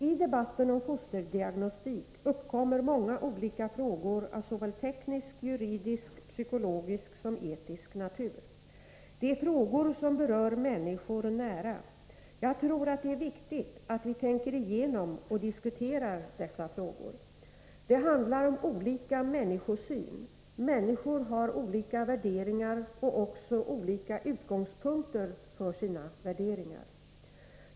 I debatten om fosterdiagnostik uppkommer många olika frågor av såväl teknisk och juridisk som psykologisk och etisk natur. Det är frågor som berör människor nära. Jag tror att det är viktigt att vi tänker igenom och diskuterar dessa frågor. Det handlar om olika människosyn. Människor har olika värderingar och också olika utgångspunkter för sina värderingar.